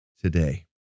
today